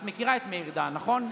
את מכירה את מאיר דהן, נכון?